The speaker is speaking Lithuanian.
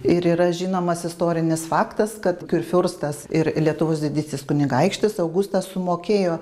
ir yra žinomas istorinis faktas kad kurfiurstas ir lietuvos didysis kunigaikštis augustas sumokėjo